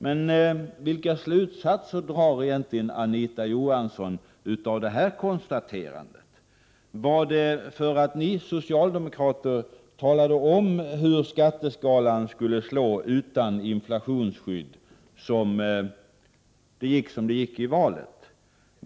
Men vilka slutsatser drar egentligen Anita Johansson av detta konstaterande? Var det för att ni socialdemokrater talade om hur skatteskalan skulle slå utan inflationsskydd som det gick som det gick i valet?